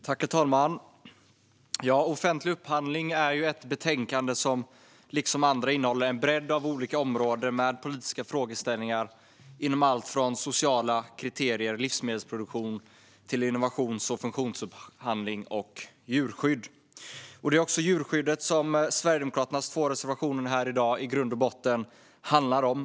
Herr talman! Offentlig upphandling är ett betänkande som liksom andra betänkanden innehåller en bredd av olika områden med politiska frågeställningar inom allt från sociala kriterier och livsmedelsproduktion till innovations och funktionsupphandling och djurskydd. Det är också djurskyddet som Sverigedemokraternas två reservationer här i dag i grund och botten handlar om.